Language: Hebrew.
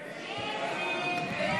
ההסתייגויות לסעיף 24 בדבר